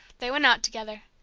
they went out together.